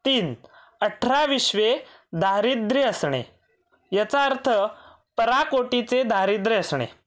तीन अठरा विश्वे दारिद्र्य असणे याचा अर्थ पराकोटीचे दारिद्र्य असणे